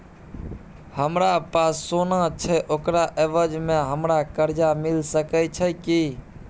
हमरा पास सोना छै ओकरा एवज में हमरा कर्जा मिल सके छै की?